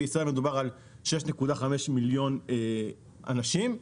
בישראל מדובר על 6.5 מיליון אנשים.